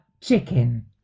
chicken